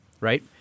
right